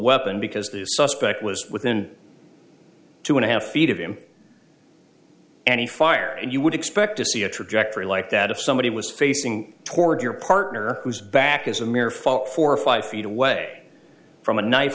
weapon because the suspect was within two and a half feet of him and he fired and you would expect to see a trajectory like that if somebody was facing toward your partner whose back is a mere fog four or five feet away from a knife